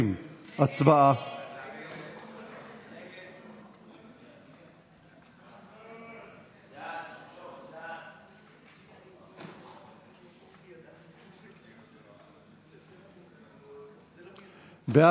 20. הצבעה.